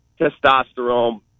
Testosterone